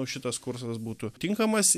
šitas kursas būtų tinkamas